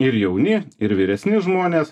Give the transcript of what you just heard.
ir jauni ir vyresni žmonės